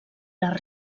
les